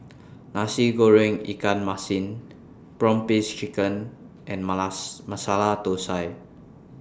Nasi Goreng Ikan Masin Prawn Paste Chicken and Masala Thosai